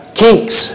kinks